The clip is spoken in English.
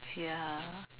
ya